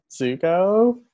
Zuko